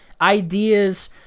ideas